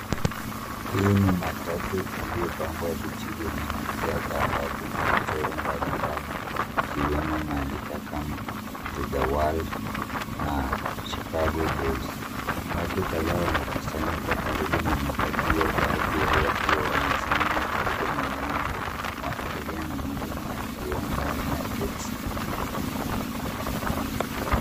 Hii ni matatu iliyopambwa vizuri yenye rangi ya dhahabu na mchoro mbalimbali ikiwemo maandika kama to the world na Chicago bulls . Watu kadhaa wamekusanyika karibu na matatu hiyo baadhi yao wakiwa wamesimama karibu na mlango wa abiria na mwingine akiwa ndani ya teksi.